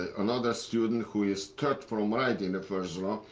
another student, who is third from right in the first row.